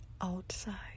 outside